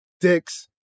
dicks